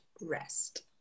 rest